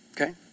Okay